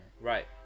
Right